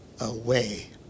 away